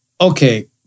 Okay